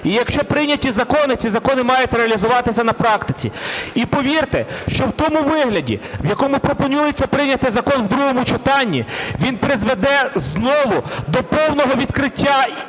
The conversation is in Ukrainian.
І якщо прийняті закони – ці закони мають реалізуватися на практиці. І повірте, що в тому вигляді, в якому планується прийняти закон в другому читанні, він призведе знову до повного відкриття ігрових